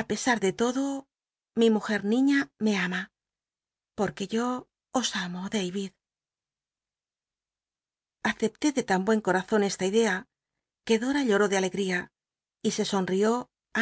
a pesa a de lodo mi mujcr niiia me ama porque yo os amo dayid aceplé de tan buen coa'azon esta idea que dora lloró de alcgria y e sonrib